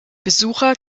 besucher